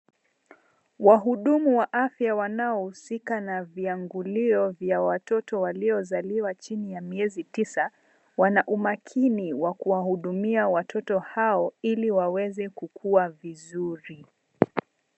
Wahudumu wa afya wanaohusika na viagulio vya watoto waliozaliwa chini ya miezi tisa, wanaumakini kuwahudumia watoto hao ili waweze kukuwa vizuri.